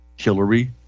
Hillary